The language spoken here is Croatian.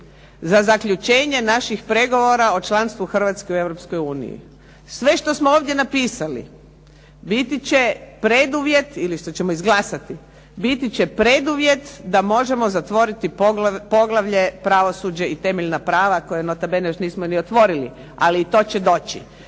za zaključenje naših pregovora o članstvu Hrvatske u Europskoj uniji. Sve što smo ovdje napisali biti će preduvjet ili što ćemo izglasati biti će preduvjet da možemo zatvoriti poglavlje Pravosuđe i temeljna prava koja nota bene nismo još ni otvorili. Ali i to će doći.